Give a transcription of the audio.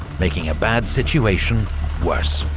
making a bad situation worse.